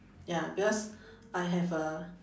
ya because I have a